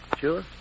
Sure